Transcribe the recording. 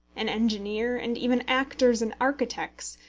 an engineer, and even actors and architects,